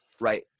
Right